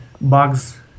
bugs